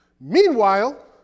Meanwhile